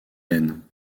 lene